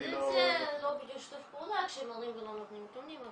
אני לא --- זה לא בדיוק שיתוף פעולה כשמראים ולא נותנים נתונים,